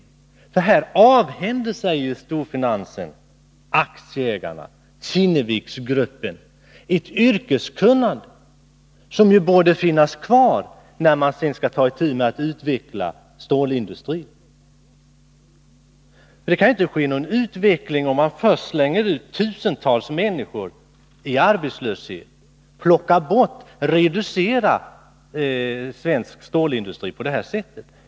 Här avhänder sig ju storfinansen — aktieägarna, Kinneviksgruppen — ett yrkeskunnande som borde finnas kvar när man vill ta itu med att utveckla stålindustrin. Det kan ju inte ske någon utveckling om man slänger ut tusentals människor i arbetslöshet och reducerar svensk stålindustri på det sättet.